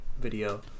video